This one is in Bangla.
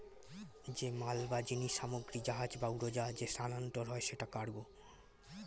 যে মাল বা জিনিস সামগ্রী জাহাজ বা উড়োজাহাজে স্থানান্তর হয় সেটা কার্গো